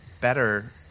better